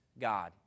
God